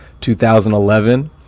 2011